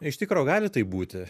iš tikro gali taip būti